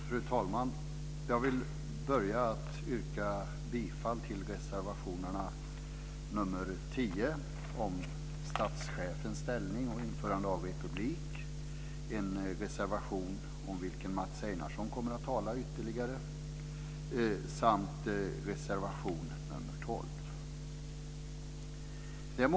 Fru talman! Jag börjar med att yrka bifall till reservation nr 10 om statschefens ställning och om införande av republik. Mats Einarsson kommer att tala ytterligare om den reservationen. Jag yrkar också bifall till reservation nr 12.